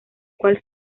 cual